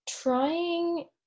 trying